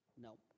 No